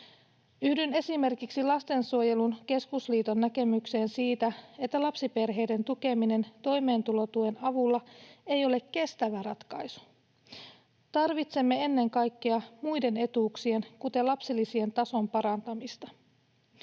Yhdyn esimerkiksi Lastensuojelun Keskusliiton näkemykseen siitä, että lapsiperheiden tukeminen toimeentulotuen avulla ei ole kestävä ratkaisu. Tarvitsemme ennen kaikkea muiden etuuksien, kuten lapsilisien, tason parantamista.